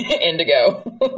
indigo